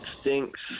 stinks